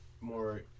more